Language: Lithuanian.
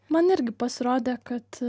man irgi pasirodė kad